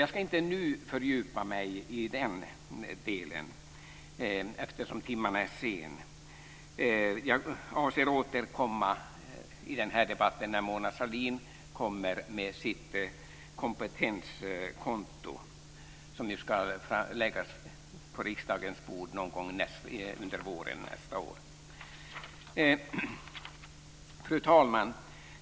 Jag ska inte nu fördjupa mig i den delen, eftersom timmen är sen. Jag avser att återkomma i frågan när Mona Sahlin har lagt fram sitt förslag om kompetenskonto på riksdagens bord någon gång under våren nästa år. Fru talman!